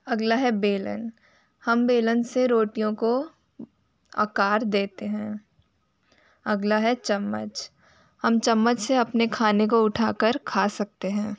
अगला है बेलन हम बेलन से रोटियों को आकार देते हैं अगला है चम्मच हम चम्मच से अपने खाने को उठा कर खा सकते हैं